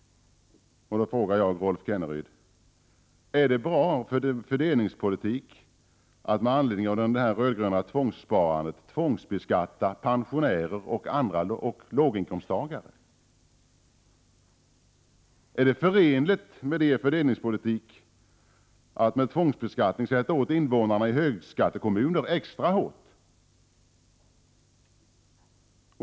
Är det, Rolf Kenneryd, bra fördelningspolitik att med anledning av det röd-gröna tvångssparandet tvångsbeskatta pensionärer och andra låginkomsttagare? Är det förenligt med er fördelningspolitik att med tvångsbeskattning sätta åt invånarna i högskattekommuner extra hårt?